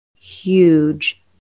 huge